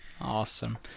Awesome